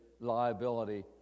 liability